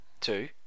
Two